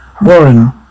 Warren